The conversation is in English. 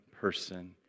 person